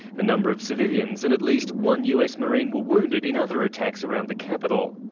a number of civilians and at least one us marine were wounded in other attacks around the capital.